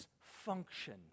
function